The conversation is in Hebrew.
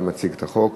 אתה מציג את החוק.